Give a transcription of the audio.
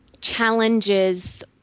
challenges